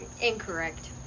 Incorrect